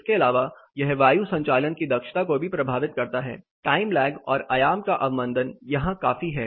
इसके अलावा यह वायु संचालन की दक्षता को भी प्रभावित करता है टाइम लैग और आयाम का अवमन्दन यहाँ काफी है